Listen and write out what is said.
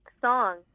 song